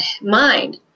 mind